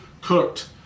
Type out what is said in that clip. cooked